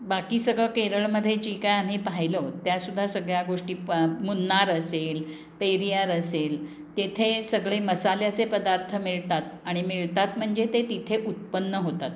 बाकी सगळं केरळमध्ये जे काय आम्ही पाहिलं त्यासुद्धा सगळ्या गोष्टी प मुन्नार असेल पेरियार असेल तेथे सगळे मसाल्याचे पदार्थ मिळतात आणि मिळतात म्हणजे ते तिथे उत्पन्न होतात